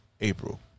April